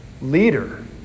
leader